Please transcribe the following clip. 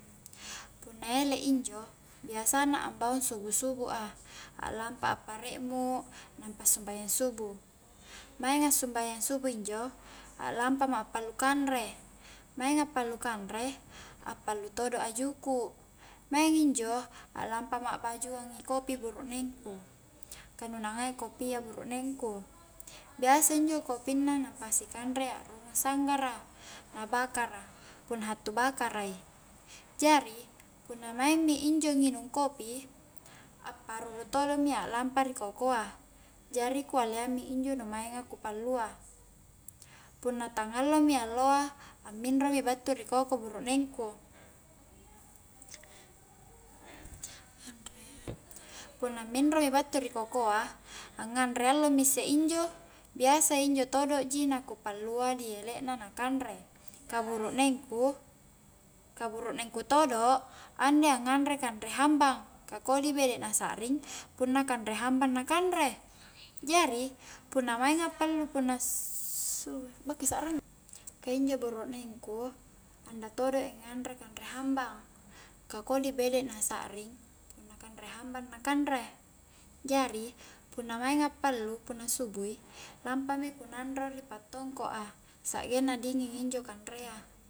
Punna ele injo, biasana ambaung subu-subu a, aklampa a pare'mu, nampa a'sumbajang subu', mainga a'sumbajang subu' injo a lampa ma pallu kanre, mainga a'pallu kanre a'pallu todo a juku', maing injo lampa ma akbajuang i kopi burukneng ku ka nu na ngai koia burukneng ku biasa injo kopinna na pasi kanre a'rurung sanggara na bakara punna hattu bakara i jari, punna maing mi injo nginung kopi a'paruru todo' mi aklampa ri kokoa jari ku alleang minjo nu mainga ku pallua punna tang allomi alloa amminro mi battu ri koko burukneng ku punna minro mi battu ri kokoa anganre allo mi isse injo, biasa injo todo ji na ku pallua di elek na, na kanre ka burukneng ku-ka buruknengku todo andai nganre kanre hambang ka kodi bede na sa'ring punna kanre hambang na kanre jari punna mainga pallu punna su bakka i sakrang ka injo burukneng ku anda todoi nganre kanre hambang ka kodi bede na sakring punna kanre hambang na kanre jari punna ainga pallu punna subui lampami ku nanro ri pattongko a sanggeng na dinging injo kanrea